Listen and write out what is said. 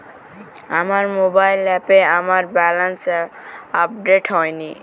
আমার মোবাইল অ্যাপে আমার ব্যালেন্স আপডেট হয়নি